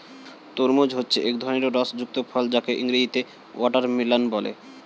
তরমুজ হচ্ছে এক ধরনের রস যুক্ত ফল যাকে ইংরেজিতে ওয়াটারমেলান বলে